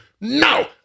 No